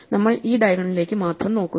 നമ്മൾ ഈ ഡയഗോണലിലേക്ക് മാത്രം നോക്കുന്നു